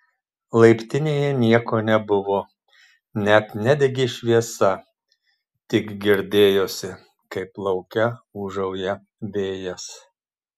laiptinėje nieko nebuvo net nedegė šviesa tik girdėjosi kaip lauke ūžauja vėjas